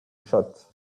shot